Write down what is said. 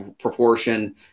proportion